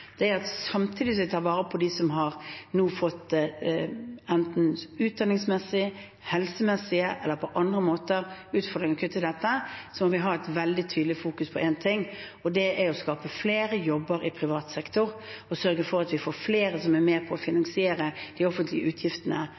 enten utdannings- eller helsemessig eller på andre måter, er å ha et veldig tydelig fokus på én ting: Å skape flere jobber i privat sektor og sørge for at vi får flere som er med på å finansiere de offentlige utgiftene